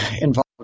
involved